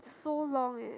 so long eh